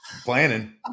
planning